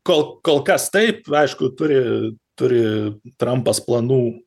kol kol kas taip aišku turi turi trampas planų